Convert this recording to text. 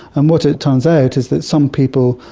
and what ah turns out is that some people,